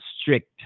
strict